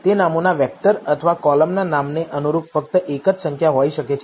તે નામોનો વેક્ટર અથવા કોલમ નામને અનુરૂપ ફક્ત એક જ સંખ્યા હોઈ શકે છે